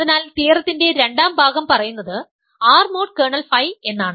അതിനാൽ തിയറത്തിന്റെ രണ്ടാം ഭാഗം പറയുന്നത് R മോഡ് കേർണൽ Φ എന്നാണ്